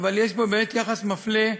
אבל יש פה באמת יחס מפלה,